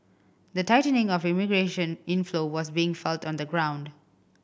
the tightening of immigration inflow was being felt on the ground